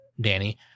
Danny